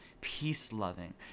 Peace-loving